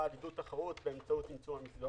על עידוד תחרות באמצעות ניצול המסגרות.